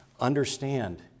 understand